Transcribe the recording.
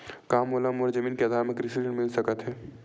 का मोला मोर जमीन के आधार म कृषि ऋण मिल सकत हे?